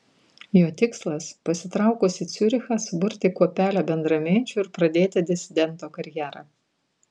jo tikslas pasitraukus į ciurichą suburti kuopelę bendraminčių ir pradėti disidento karjerą